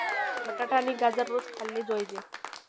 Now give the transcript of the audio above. बटाटा आणि गाजर रोज खाल्ले जोयजे